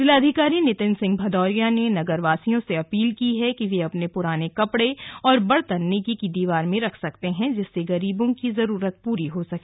जिलाधिकारी नितिन सिंह भदौरिया ने नगरवासियों से अपील की है कि वे अपने पुराने कपड़े और बर्तन नेकी की दीवार में रख सकते हैं जिससे गरीबों की जरूरत पूरी हो सके